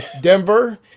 Denver